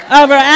over